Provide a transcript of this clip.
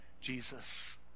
Jesus